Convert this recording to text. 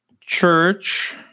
Church